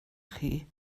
chi